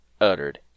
uttered